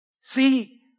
See